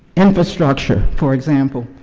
infrastructure for example.